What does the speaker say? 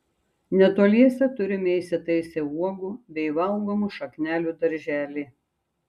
netoliese turime įsitaisę uogų bei valgomų šaknelių darželį